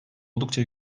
oldukça